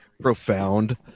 profound